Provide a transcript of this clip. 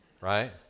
right